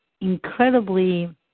incredibly